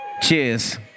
Cheers